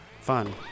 fun